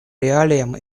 реалиям